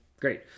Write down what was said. Great